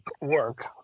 work